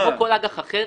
כמו כל אג"ח אחר,